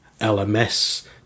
LMS